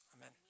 amen